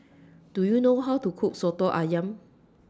Do YOU know How to Cook Soto Ayam